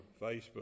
Facebook